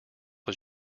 was